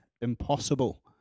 impossible